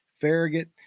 Farragut